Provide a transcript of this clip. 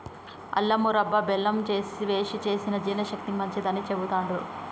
అల్లం మురబ్భ బెల్లం వేశి చేసిన జీర్ణశక్తికి మంచిదని చెబుతాండ్రు